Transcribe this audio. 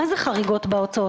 מה זה "חריגות בהוצאות"?